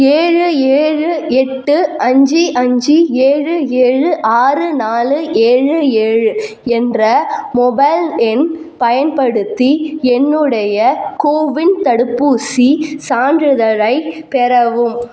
ஏழு ஏழு எட்டு அஞ்சு அஞ்சு ஏழு ஏழு ஆறு நாலு ஏழு ஏழு என்ற மொபைல் எண் பயன்படுத்தி என்னுடைய கோவின் தடுப்பூசிச் சான்றிதழைப் பெறவும்